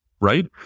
right